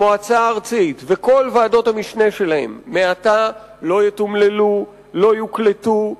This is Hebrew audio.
של המועצה הארצית ושל כל ועדות המשנה שלהן מעתה לא יתומללו ולא יוקלטו,